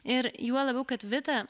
ir juo labiau kad vita